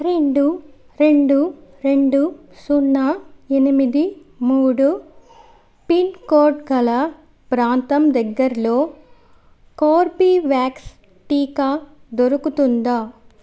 రెండు రెండు రెండు సున్నా ఎనిమిది మూడు పిన్కోడ్ కల ప్రాంతం దగ్గర్లో కోర్బివ్యాక్స్ టీకా దొరుకుతుందా